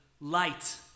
light